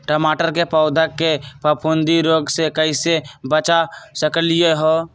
टमाटर के पौधा के फफूंदी रोग से कैसे बचा सकलियै ह?